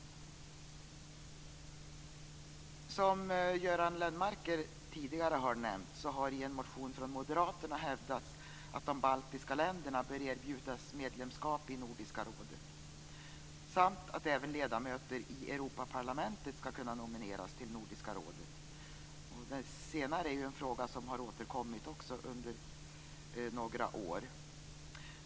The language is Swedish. Som Göran Lennmarker tidigare har nämnt, hävdas det i en motion från moderaterna att de baltiska länderna bör erbjudas medlemskap i Nordiska rådet samt att även ledamöter i Europaparlamentet ska kunna nomineras till Nordiska rådet. Det senare är en fråga som har återkommit under några år.